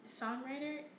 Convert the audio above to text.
Songwriter